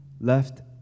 left